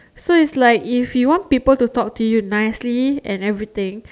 so it's like if you want people to talk to you nicely and everything